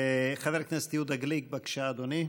חבר הכנסת יהודה גליק, בבקשה, אדוני.